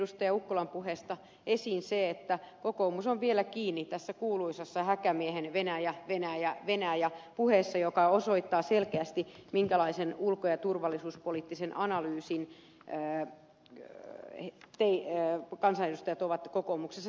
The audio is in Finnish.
ukkolan puheesta esiin se että kokoomus on vielä kiinni tässä kuuluisassa häkämiehen venäjä venäjä venäjä puheessa joka osoittaa selkeästi minkälaisen ulko ja turvallisuuspoliittisen analyysin kansanedustajat ovat kokoomuksessa tehneet